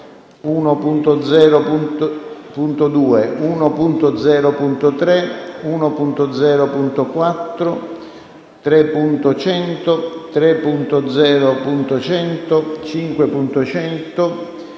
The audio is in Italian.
1.0.2, 1.0.3, 1.0.4, 3.100, 3.0.100, 5.100,